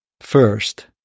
First